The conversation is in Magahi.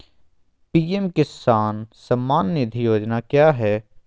पी.एम किसान सम्मान निधि योजना क्या है?